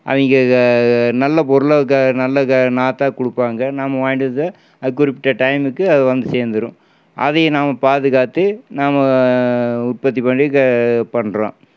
அவங்க நல்ல பொருளாக நல்ல நாற்றா கொடுப்பாங்க நம்ம வாங்கிகிட்டு வந்து அதை குறிப்பிட்ட டைமுக்கு அது வந்து சேர்ந்துடும் அதையும் நம்ம பாதுகாத்து நம்ம உற்பத்தி பண்ணி பண்ணுறோம்